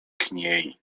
kniei